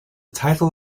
title